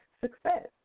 Success